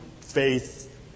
faith